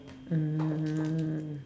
um